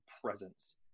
presence